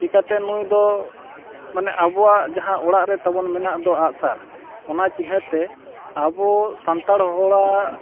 ᱪᱤᱠᱟᱹᱛᱮ ᱱᱩᱭ ᱫᱚ ᱢᱟᱱᱮ ᱟᱵᱚᱣᱟᱜ ᱡᱟᱦᱟᱸ ᱚᱲᱟᱜ ᱨᱮ ᱛᱟᱵᱚᱱ ᱢᱮᱱᱟᱜ ᱫᱚ ᱟᱜᱼᱥᱟᱨ ᱚᱱᱟ ᱪᱤᱱᱦᱟᱹᱛᱮ ᱟᱵᱚ ᱥᱟᱱᱛᱟᱲ ᱦᱚᱲᱟᱜ